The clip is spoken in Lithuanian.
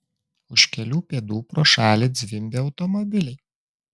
už kelių pėdų pro šalį zvimbė automobiliai